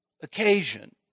occasion